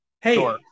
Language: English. hey